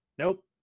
Nope